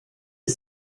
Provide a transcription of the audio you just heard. est